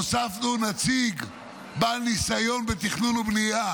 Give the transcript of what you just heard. הוספנו נציג בעל ניסיון בתכנון ובנייה